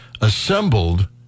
assembled